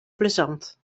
plezant